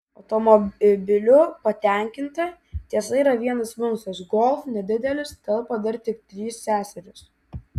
automobiliu patenkinta tiesa yra vienas minusas golf nedidelis telpa dar tik trys seserys